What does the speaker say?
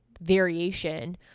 variation